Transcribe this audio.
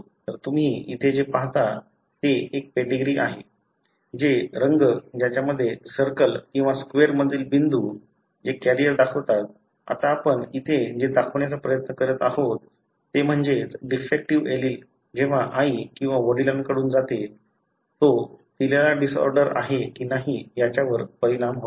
तर तुम्ही इथे जे पाहता ते एक पेडीग्री आहे जे रंग ज्यामध्ये सर्कल किंवा स्क्वेर मधील बिंदू जे कॅरियर दाखवतात आता आपण इथे जे दाखवण्याचा प्रयत्न करीत आहोत ते म्हणजेच डिफेक्टीव्ह एलीले जेव्हा आई किंवा वडिलांकडून जाते तो दिलेला डिसऑर्डर आहे की नाही याच्यावर परिणाम होतो